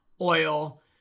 oil